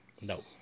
No